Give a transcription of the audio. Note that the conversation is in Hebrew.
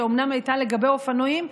שאומנם הייתה לגבי אופנועים,